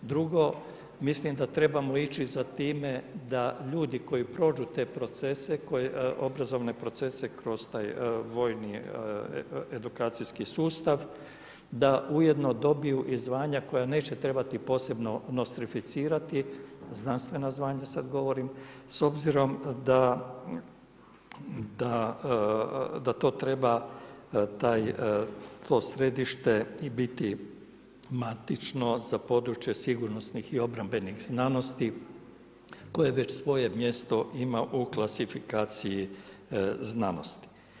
Drugo, mislim da trebamo ići za time da ljudi koji prođu te obrazovne procese kroz taj vojni edukacijski sustav, da ujedno dobiju i zvanja koja neće trebati posebno nostrificirati, znanstvena zvanja sada govorim s obzirom da to treba to središte i biti matično za područje sigurnosnih i obrambenih znanosti koje već svoje mjesto ima u klasifikaciji znanosti.